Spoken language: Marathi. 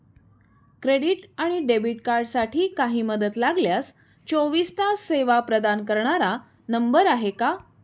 क्रेडिट आणि डेबिट कार्डसाठी काही मदत लागल्यास चोवीस तास सेवा प्रदान करणारा नंबर आहे का?